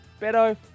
Beto